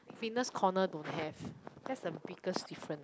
fitness corner don't have that's the biggest difference